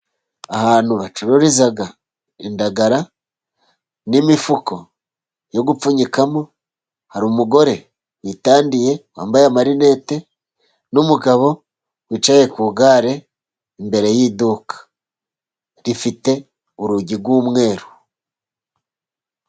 Ahantu bacururiza indagara n'imifuka yo gupfunyikamo, hari umugore witandiye wambaye amarinete, n'umugabo wicaye ku igare imbere y'iduka, rifite urugi rw'umweru.